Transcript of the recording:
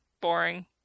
Boring